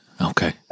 Okay